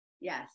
Yes